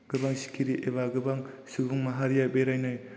गोबां सिखिरि एबा गोबां सुबुं माहारिया बेरायनाय